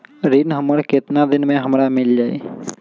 ऋण हमर केतना दिन मे हमरा मील जाई?